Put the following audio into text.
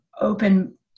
open